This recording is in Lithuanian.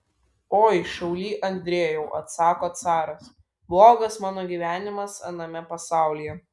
oi šauly andrejau atsako caras blogas mano gyvenimas aname pasaulyje